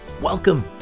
welcome